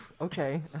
Okay